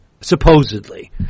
supposedly